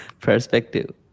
Perspective